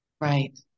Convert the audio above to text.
Right